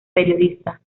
periodistas